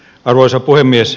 arvoisa puhemies